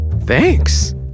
thanks